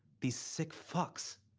these sick fucks.